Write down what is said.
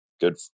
good